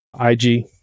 IG